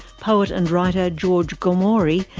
poet and writer george gomori,